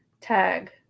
tag